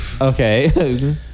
Okay